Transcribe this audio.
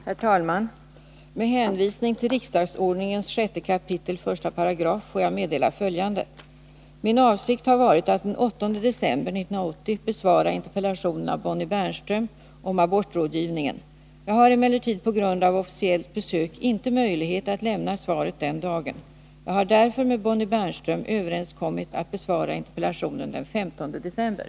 Herr talman! Med hänvisning till riksdagsordningens 6 kap. 1§ får jag Min avsikt har varit att den 8 december 1980 besvara en interpellation av interpellationssvar Bonnie Bernström om abortrådgivningen. Jag har emellertid på grund av officiellt besök inte möjlighet att lämna svaret den dagen. Jag har därför med Bonnie Bernström överenskommit att besvara interpellationen den 15 december.